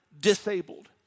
disabled